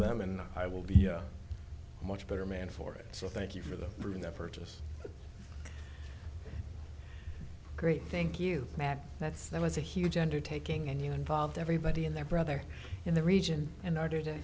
them and i will be a much better man for it so thank you for them for their purchase great thank you matt that's that was a huge undertaking and you involved everybody and their brother in the region in order to